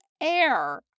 air